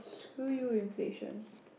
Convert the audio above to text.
screw you inflation